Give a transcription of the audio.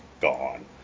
gone